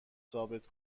ثابت